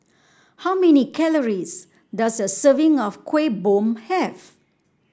how many calories does a serving of Kuih Bom have